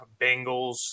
Bengals